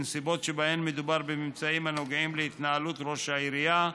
ובנסיבות שבהן מדובר בממצאים הנוגעים להתנהלות ראש העירייה,